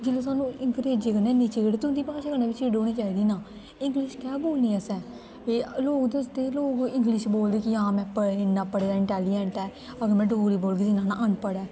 जिल्लै सानूं अंग्रेजें कन्नै इन्नी चिड़ ते उंदी भाशा कन्नै बी चिड़ होनी चाहिदी ना इंग्लिश कैं बोलनी असें लोग दस्सदे लोग इंग्लिश बोलदे कि हां में पढ़े इन्ना पढ़े दा इंटैलिजैंट ऐं अगर में डोगरी बोलगी ते इ'नें आखना अनपढ़ ऐ